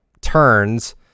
turns